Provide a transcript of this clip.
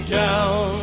down